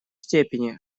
степени